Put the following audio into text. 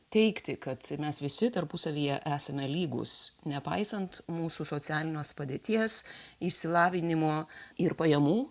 teigti kad mes visi tarpusavyje esame lygūs nepaisant mūsų socialiniuos padėties išsilavinimo ir pajamų